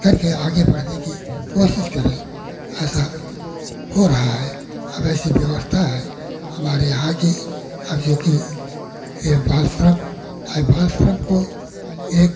करके आगे बढ़ने की कोशिश करें ऐसा हो रहा है अब ऐसी व्यवस्था है हमारे यहाँ की अब जोकि यह बाल श्रम है बाल श्रम को एक